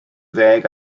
ddeg